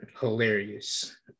hilarious